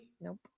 Nope